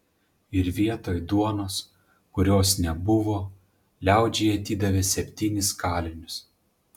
ir vietoj duonos kurios nebuvo liaudžiai atidavė septynis kalinius